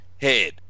head